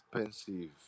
expensive